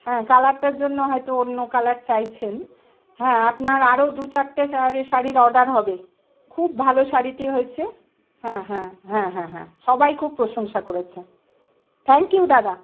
হ্যাঁ কালারটার জন্য হয়তো অন্য কালার চাইছেন হ্যাঁ আপনার আরো দু চারটে শাড়ি শাড়ির অর্ডার হবে খুব ভালো শাড়িটি হয়েছে হ্যাঁ হ্যাঁ হ্যাঁ হ্যাঁ হ্যাঁ সবাই খুব প্রশংসা করেছে থ্যাঙ্কইউ দাদা